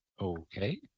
Okay